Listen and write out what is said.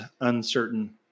uncertain